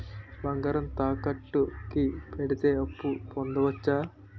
బంగారం తాకట్టు కి పెడితే అప్పు పొందవచ్చ?